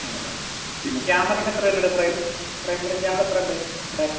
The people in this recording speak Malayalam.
ആണല്ലേ പിന്നെ ക്യാമറയ്ക്ക് എത്ര വരുന്നുണ്ട് പ്രൈ പ്രൈമറി ക്യാമറ എത്രയുണ്ട് ബ്യാക്ക്